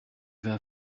vin